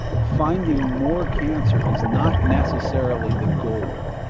finding more cancer is not necessarily the goal.